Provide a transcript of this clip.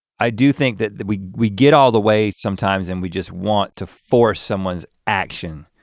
i do think that that we we get all the way sometimes and we just want to force someone's action.